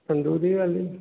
तंदूरी वाली